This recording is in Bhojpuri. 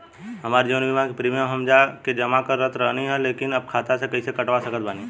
हमार जीवन बीमा के प्रीमीयम हम जा के जमा करत रहनी ह लेकिन अब खाता से कइसे कटवा सकत बानी?